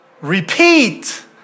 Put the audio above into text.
Repeat